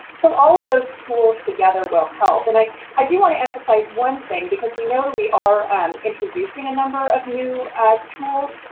so, all of those tools together will help, and i i do want to emphasize one thing because we know we are introducing a number of new tools,